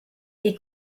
est